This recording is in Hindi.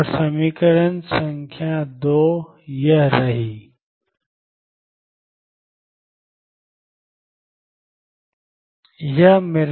और समीकरण संख्या 2 22m ∞dmdxdndxdx ∞mVxndxEm ∞mx है ऊपर भी होना चाहिए d x ndx भी है